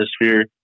atmosphere